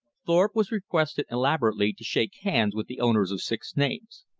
thorpe was requested elaborately to shake hands with the owners of six names.